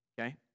Okay